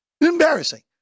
Embarrassing